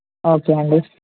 okay అండి